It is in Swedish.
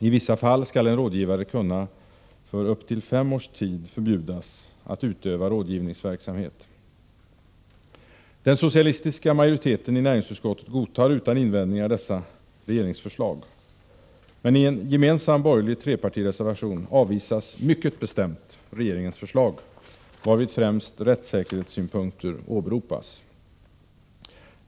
I vissa fall skall en rådgivare kunna för upp till fem års tid förbjudas att utöva rådgivningsverksamhet. Den socialistiska majoriteten i näringsutskottet godtar utan invändningar dessa regeringsförslag. Men i en gemensam borgerlig trepartireservation avvisas mycket bestämt regeringens förslag, varvid främst rättssäkerhetssynpunkter åberopas.